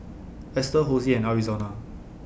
Esther Hosie and Arizona